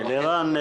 אלירן,